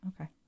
Okay